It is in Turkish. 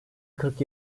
kırk